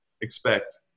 expect